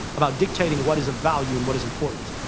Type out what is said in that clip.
about dictating what is of value and what is important.